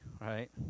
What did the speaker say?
right